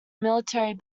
military